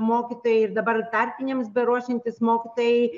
mokytojai ir dabar tarpinėmis beruošiantys mokytojai